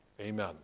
Amen